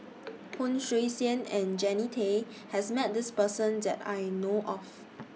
Hon Sui Sen and Jannie Tay has Met This Person that I know of